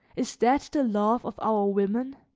is that the love of our women?